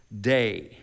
day